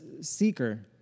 seeker